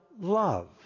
love